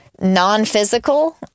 non-physical